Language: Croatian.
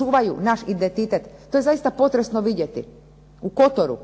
čuvaju naš identitet, to je zaista potresno vidjeti u Kotoru,